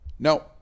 No